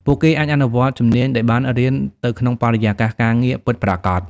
ពួកគេអាចអនុវត្តជំនាញដែលបានរៀនទៅក្នុងបរិយាកាសការងារពិតប្រាកដ។